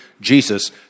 Jesus